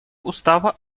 устава